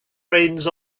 reins